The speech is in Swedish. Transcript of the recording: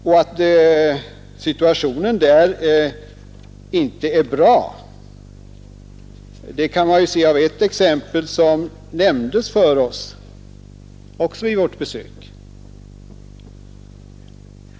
Och att situationen där inte är bra framgår av ett exempel som nämndes för oss vid vårt besök.